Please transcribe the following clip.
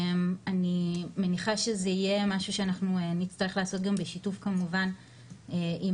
אני מניחה שזה יהיה משהו שאנחנו נצטרך לעשות גם בשיתוף כמובן עם